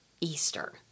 Easter